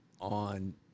on